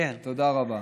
תודה רבה.